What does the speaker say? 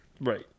Right